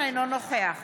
אינו נוכח